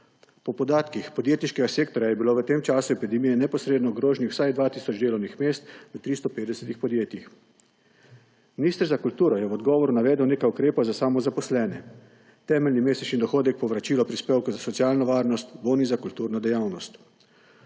Po podatkih podjetniškega sektorja je bilo v tem času epidemije neposredno ogroženih vsaj dva tisoč delovnih mest v 350 podjetij. Minister za kulturo je v odgovoru navedel nekaj ukrepov za samozaposlene: temeljni mesečni dohodek, povračilo prispevkov za socialno varnost, boni za kulturno dejavnost.